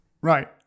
Right